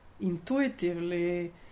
intuitively